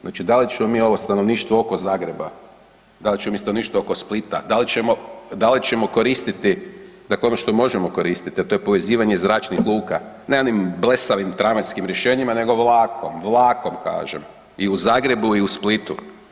Znači da li ćemo mi ovo stanovništvo oko Zagreba, da li ćemo mi stanovništvo oko Splita, da li ćemo koristiti dakle ono što možemo koristiti, a to je povezivanje zračnih luka, ne onim blesavim tramvajskim rješenjima nego vlakom, vlakom kažem i u Zagrebu i u Splitu.